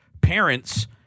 parents